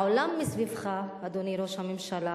העולם מסביבך, אדוני ראש הממשלה